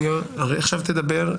תודה רבה.